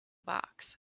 box